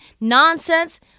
nonsense